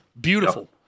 beautiful